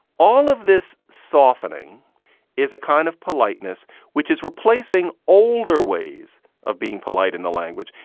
all of this softening is a kind of politeness which is replacing older ways of being polite in the language.